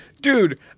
Dude